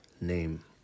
name